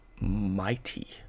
mighty